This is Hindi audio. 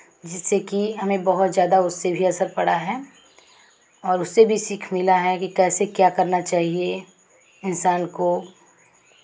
जिससे कि हमें बहुत ज़्यादा उससे भी असर पड़ा है और उससे भी सीख मिला है कि कैसे क्या करना चाहिए इंसान को